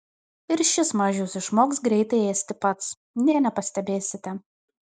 ir šis mažius išmoks greitai ėsti pats nė nepastebėsite